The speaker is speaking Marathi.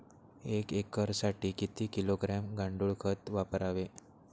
एक एकरसाठी किती किलोग्रॅम गांडूळ खत वापरावे?